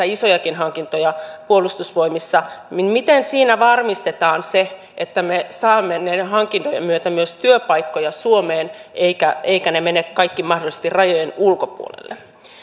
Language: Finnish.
isojakin hankintoja puolustusvoimissa miten siinä varmistetaan se että me saamme näiden hankintojen myötä myös työpaikkoja suomeen eivätkä eivätkä ne mene kaikki mahdollisesti rajojen ulkopuolelle